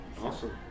Awesome